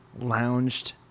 lounged